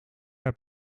heb